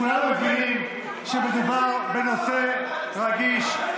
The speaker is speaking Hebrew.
כולנו מבינים שמדובר בנושא רגיש,